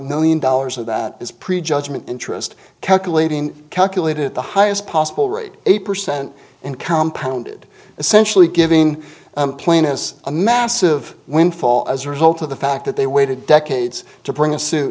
million dollars of that is prejudgment interest calculating calculated at the highest possible rate eight percent and compound essentially giving plain as a massive windfall as a result of the fact that they waited decades to bring a suit